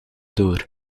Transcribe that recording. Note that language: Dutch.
door